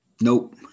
Nope